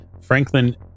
Franklin